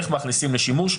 איך מכניסים לשימוש,